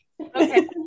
okay